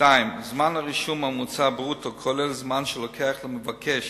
2. זמן הרישום הממוצע ברוטו, כולל זמן שלוקח למבקש